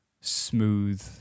smooth